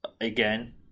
again